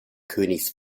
königs